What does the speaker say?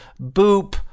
boop